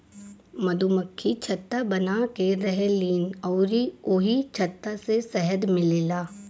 मधुमक्खि छत्ता बनाके रहेलीन अउरी ओही छत्ता से शहद मिलेला